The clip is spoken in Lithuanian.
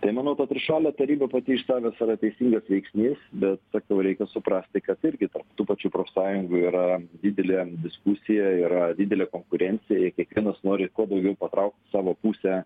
tai manau ta trišalė taryba pati iš savęs yra teisingas veiksnys bet sakau reikia suprasti kad irgi tų pačių profsąjungų yra didelė diskusija yra didelė konkurencija kiekvienas nori kuo daugiau patraukt savo pusę